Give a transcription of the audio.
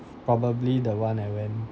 probably the one I went